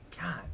God